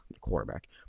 quarterback